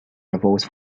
rewards